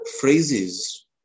phrases